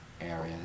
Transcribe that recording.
area